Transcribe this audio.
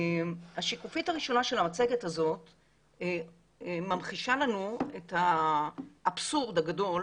השקופית הראשונה של המצגת הזו ממחישה לנו את האבסורד הגדול